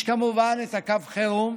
יש כמובן קו חירום,